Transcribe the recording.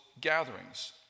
gatherings